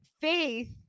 faith